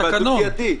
מכובדיי,